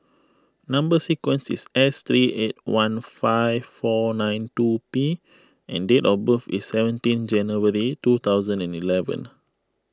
Number Sequence is S three eight one five four nine two P and date of birth is seventeen January two thousand and eleven